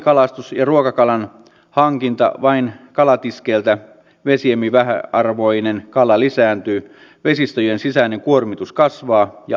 alikalastuksen ja ruokakalan hankinnan vain kalatiskeiltä myötä vesiemme vähäarvoinen kala lisääntyy vesistöjen sisäinen kuormitus kasvaa ja arvokala vähenee